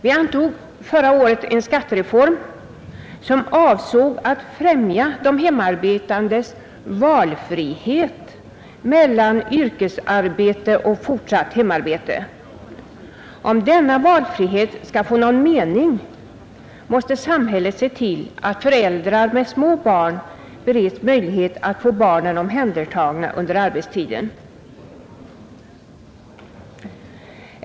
Vi antog förra året en skattereform som avsåg att främja de hemarbetandes valfrihet mellan yrkesarbete och fortsatt hemarbete. Om denna valfrihet skall få någon mening måste samhället se till att föräldrar med små barn bereds möjlighet att få barnen omhändertagna under arbetstiden.